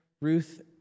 Ruth